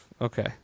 okay